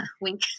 Wink